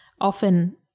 often